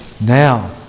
now